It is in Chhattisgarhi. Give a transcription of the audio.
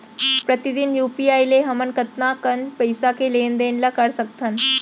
प्रतिदन यू.पी.आई ले हमन कतका कन पइसा के लेन देन ल कर सकथन?